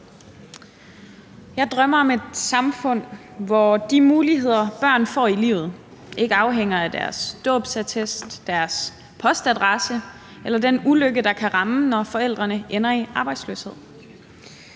Jeg drømmer om et samfund, hvor de muligheder, børn får i livet, ikke afhænger af deres dåbsattest, deres postadresse eller den ulykke, der kan ramme, når forældrene ender i arbejdsløshed.